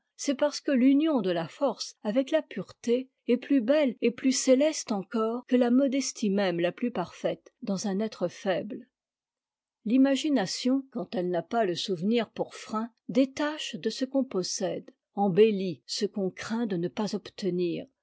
c'est parce que l'union de la force avec la pureté est plus belle et plus céleste encore que la modestie même la plus parfaite dans un être faible l'imagination quand elle n'a pas le souvenir pour frein détache de ce qu'on possède embellit ce qu'on craint de ne pas obtenir